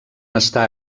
estar